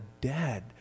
dead